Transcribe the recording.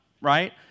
right